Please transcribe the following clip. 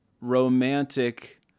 romantic